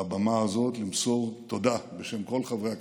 בבמה הזו, למסור תודה בשם כל חברי הכנסת,